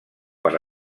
per